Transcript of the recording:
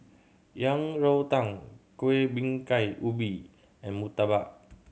Yang Rou Tang Kuih Bingka Ubi and murtabak